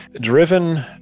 driven